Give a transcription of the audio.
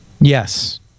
Yes